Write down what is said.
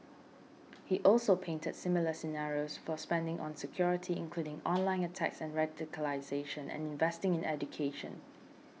he also painted similar scenarios for spending on security including online attacks and radicalisation and investing in education